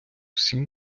всім